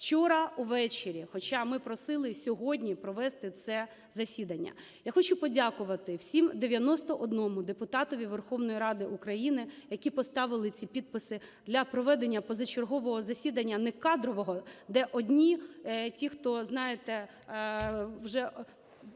вчора увечері. Хоча ми просили сьогодні провести це засідання. Я хочу подякувати всім 91 депутатові Верховної Ради України, які поставили ці підписи для проведення позачергового засідання. Не кадрового, де одні, ті, хто, знаєте, вже